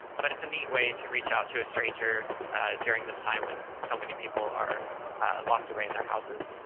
but it's a neat way to reach out to a stranger during this time when so many people are locked away in their houses.